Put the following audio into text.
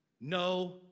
No